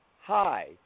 Hi